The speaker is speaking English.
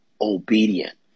obedient